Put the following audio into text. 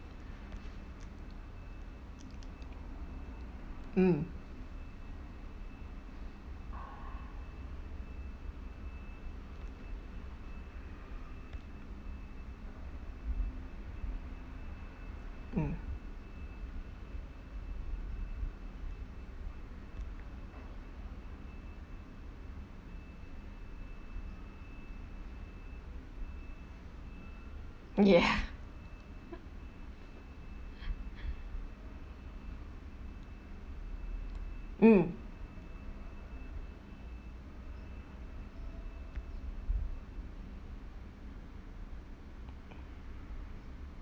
mm mm ya mm